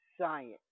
science